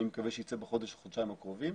אני מקווה שיצא בחודש או חודשיים הקרובים.